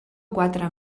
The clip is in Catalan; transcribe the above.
quatre